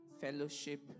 fellowship